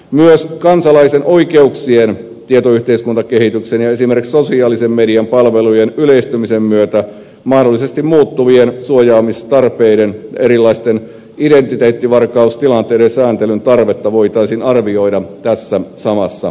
myös kansalaisen oikeuksien tietoyhteiskuntakehityksen ja esimerkiksi sosiaalisen median palvelujen yleistymisen myötä mahdollisesti muuttuvia suojaamistarpeita erilaisten identiteettivarkaustilanteiden sääntelyn tarvetta voitaisiin arvioida tässä samassa yhteydessä